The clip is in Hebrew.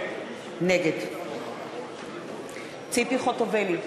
נגד ציפי חוטובלי,